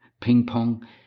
ping-pong